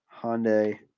Hyundai